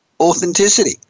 authenticity